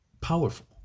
powerful